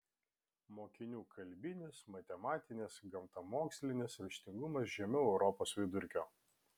mokinių kalbinis matematinis gamtamokslinis raštingumas žemiau europos vidurkio